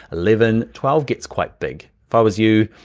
eleven, twelve gets quite big. if i was you,